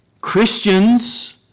Christians